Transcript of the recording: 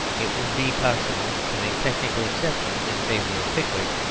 it would be possible to make technical exceptions in favour of pickwick.